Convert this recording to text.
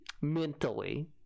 mentally